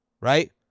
right